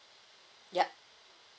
yup